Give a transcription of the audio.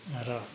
र